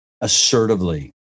assertively